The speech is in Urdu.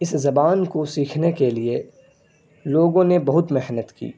اس زبان کو سیکھنے کے لیے لوگوں نے بہت محنت کی